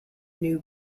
new